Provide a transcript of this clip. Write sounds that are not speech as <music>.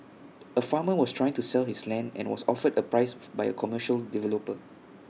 A farmer was trying to sell his land and was offered A price <noise> by A commercial developer